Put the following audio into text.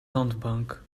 zandbank